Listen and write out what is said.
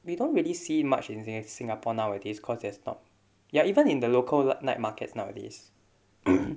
we don't really see much in sing~ singapore nowadays because there's not ya even in the local night markets nowadays